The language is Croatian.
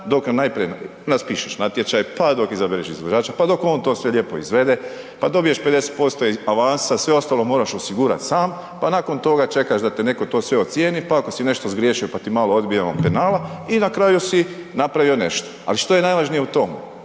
dok najprije raspišeš natječaj, pa dok izabereš izvođača, pa dok on to sve lijepo izvede, pa dobiješ 50% avans, sve ostalo moraš osigurat sam pa nakon toga čekaš da te netko to sve ocijeni pa ako si nešto zgriješio pa ti malo odbijemo penala, i na kraju si napravio nešto ali što je najvažnije u tome?